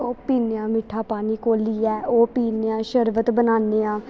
ओह् पीनेआं मिट्ठा पानी घोलियै ओह् पीनेआं शरबत बनानेआं